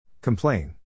Complain